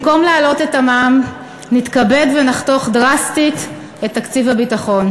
במקום להעלות את המע"מ נתכבד ונחתוך דרסטית את תקציב הביטחון.